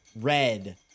red